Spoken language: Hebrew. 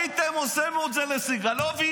הייתם עושים את זה לסגלוביץ'?